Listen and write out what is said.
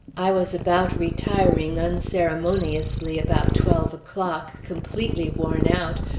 i was about retiring unceremoniously about twelve o'clock, completely worn out,